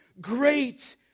great